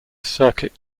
circuit